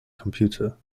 computer